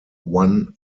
one